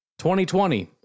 2020